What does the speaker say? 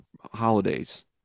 holidays